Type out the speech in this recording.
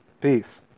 Peace